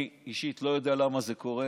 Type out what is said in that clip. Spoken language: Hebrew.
אני אישית לא יודע למה זה קורה.